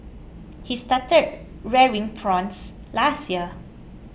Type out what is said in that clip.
he started rearing prawns last year